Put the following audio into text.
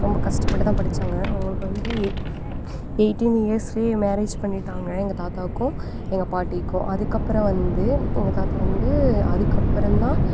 ரொம்ப கஷ்டப்பட்டுதான் படித்தாங்க அவங்களுக்கு வந்து எயிட்டின் இயர்ஸ்லேயே மேரேஜ் பண்ணிவிட்டாங்க எங்கள் தாத்தாவுக்கும் எங்கள் பாட்டிக்கும் அதுக்கப்புறம் வந்து எங்கள் தாத்தா வந்து அதுக்கப்புறந்தான்